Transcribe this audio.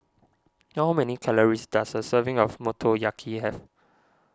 how many calories does a serving of Motoyaki have